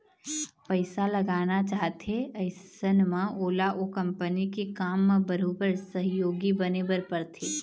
पइसा लगाना चाहथे अइसन म ओला ओ कंपनी के काम म बरोबर सहयोगी बने बर परथे